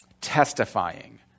testifying